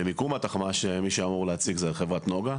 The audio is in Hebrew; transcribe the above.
למיקום התחמ"ש מי שאמורה להציג היא חברת נגה,